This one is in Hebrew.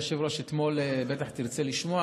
בטח תרצה לשמוע,